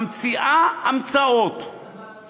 ממציאה המצאות, איך למעלה משנה?